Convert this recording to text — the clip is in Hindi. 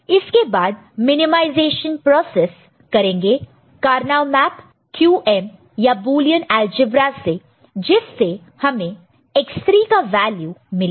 इसके बाद मिनिमाइजेशन प्रोसेस करेंगे कार्नो मैप QM या बुलियन अलजेब्रा से जिससे हमें X3 का वैल्यू मिलेगा